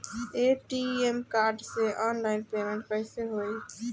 ATM card से online payment कैसे होई?